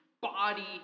Body